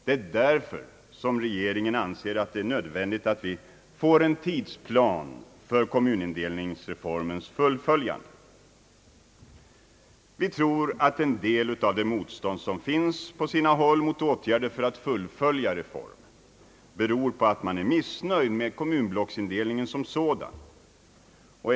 Det är därför regeringen anser det nödvändigt att vi får en tidsplan för kommunindelningsreformens fullföljande. Vi tror att en del av det motstånd som finns på sina håll mot åtgärder för att fullfölja reformen beror på att man är missnöjd med kommunblocksindelningen som sådan.